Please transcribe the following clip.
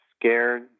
scared